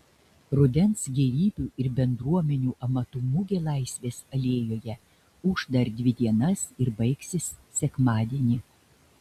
rudens gėrybių ir bendruomenių amatų mugė laisvės alėjoje ūš dar dvi dienas ir baigsis sekmadienį